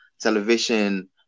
television